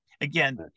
again